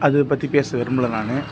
அது பற்றி பேச விரும்பலை நான்